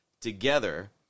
Together